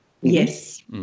yes